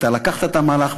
ואתה לקחת את המהלך.